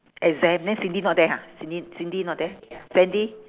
exam then cindy not there ha cindy cindy not there sandy